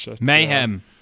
mayhem